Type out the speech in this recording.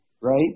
right